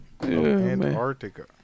Antarctica